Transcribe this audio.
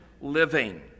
living